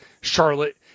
Charlotte